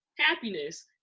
happiness